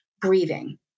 breathing